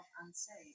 unsafe